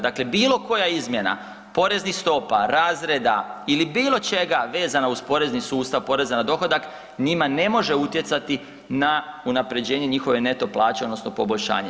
Dakle, bilo koja izmjena poreznih stopa, razreda ili bilo čega vezana uz porezni sustav poreza na dohodak njima ne može utjecati na unapređenje njihove neto plaće odnosno poboljšanje.